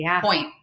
point